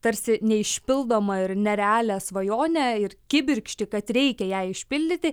tarsi neišpildomą ir nerealią svajonę ir kibirkštį kad reikia ją išpildyti